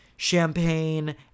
champagne